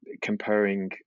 comparing